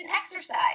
exercise